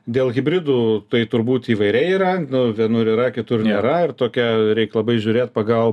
dėl hibridų tai turbūt įvairiai yra vienur yra kitur nėra ir tokia reik labai žiūrėt pagal